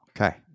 Okay